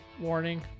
warning